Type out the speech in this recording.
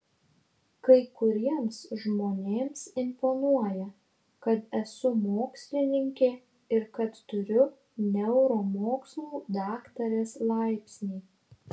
kai kuriems žmonėms imponuoja kad esu mokslininkė ir kad turiu neuromokslų daktarės laipsnį